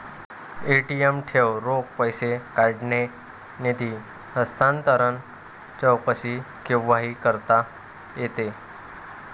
ATM ठेव, रोख पैसे काढणे, निधी हस्तांतरण, चौकशी केव्हाही करता येते